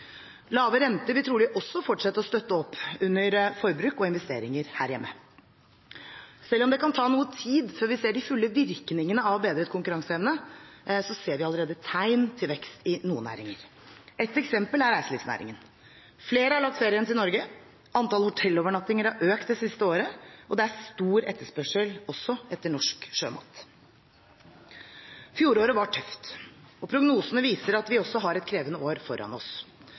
Lave renter vil trolig også fortsette å støtte opp under forbruk og investeringer her hjemme. Selv om det kan ta noe tid før vi ser de fulle virkningene av bedret konkurranseevne, ser vi allerede tegn til vekst i noen næringer. Et eksempel er reiselivsnæringen. Flere har lagt ferien til Norge, og antall hotellovernattinger har økt det siste året. Det er også stor etterspørsel etter norsk sjømat. Fjoråret var tøft, og prognosene viser at vi også har et krevende år foran oss.